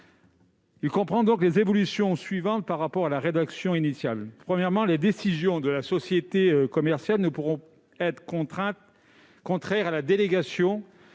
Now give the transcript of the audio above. comprennent les évolutions suivantes par rapport à la rédaction initiale. Premièrement, les décisions de la société commerciale ne pourront être contraires à la délégation